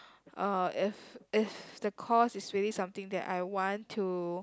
uh if if the course is really something that I want to